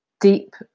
deep